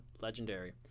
legendary